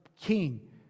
king